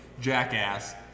jackass